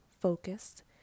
focused